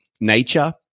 nature